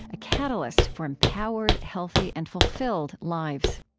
a catalyst for empowered, healthy, and fulfilled lives